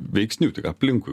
veiksnių tik aplinkui